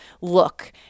look